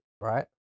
right